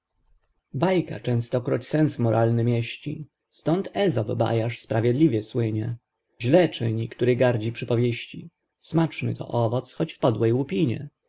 bajka częstokroć sens moralny mieści stąd ezop bajarz sprawiedliwie słynie zle czyni który gardzi przypowieści smacznyto owoc choć w podłej łupinie